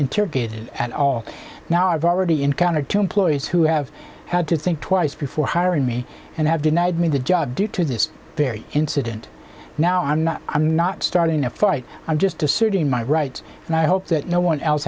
interrogated at all now i've already encountered two employees who have had to think twice before hiring me and have denied me the job due to this very incident now i'm not i'm not starting a fight i'm just asserting my rights and i hope that no one else